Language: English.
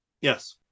Yes